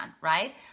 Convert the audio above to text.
right